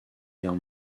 guerre